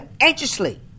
anxiously